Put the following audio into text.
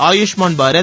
Ayushman Bharat